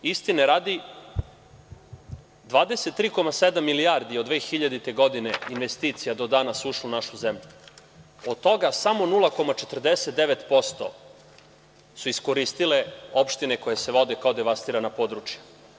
Istine radi, 23,7 milijardi od 2000. godine investicija do danas je ušlo u našu zemlju, od toga samo 0,49% su iskoristile opštine koje se vode kao devastirana područja.